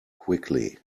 quickly